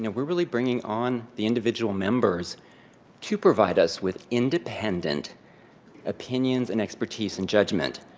and we're really bringing on the individual members to provide us with independent opinions and expertise and judgment.